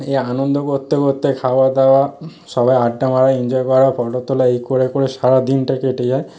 এই আনন্দ করতে করতে খাওয়া দাওয়া সবাই আড্ডা মারা এনজয় করা ফটো তোলা এই করে করে সারাদিনটা কেটে যায়